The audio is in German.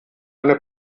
eine